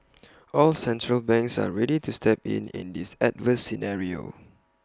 all central banks are ready to step in in this adverse scenario